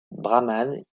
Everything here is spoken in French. brahmanes